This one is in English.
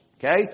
Okay